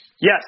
Yes